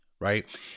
Right